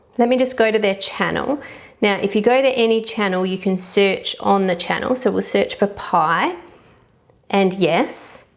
let me just go to their channel now if you go to any channel you can search on the channel so we'll search for pie and yes,